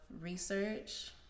research